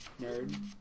Nerd